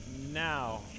now